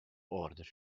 order